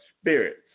spirits